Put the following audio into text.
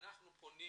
אנחנו פונים